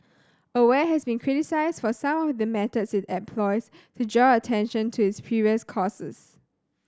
aware has been criticised for some of the methods it employs to draw attention to its previous causes